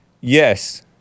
Yes